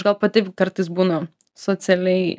gal pati kartais būnu socialiai